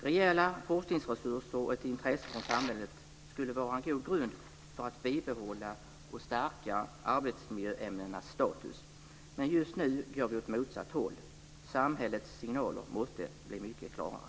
Rejäla forskningsresurser och ett intresse från samhället skulle vara en god grund för att bibehålla och stärka arbetsmiljöämnenas status. Men just nu går vi åt motsatt håll. Samhällets signaler måste bli mycket klarare.